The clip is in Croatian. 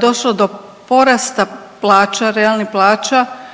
došlo do porasta plaća, realnih plaća